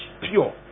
pure